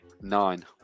Nine